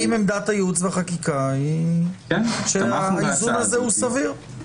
האם עמדת הייעוץ והחקיקה היא שהאיזון הזה הוא סביר?